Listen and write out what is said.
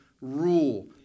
rule